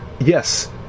Yes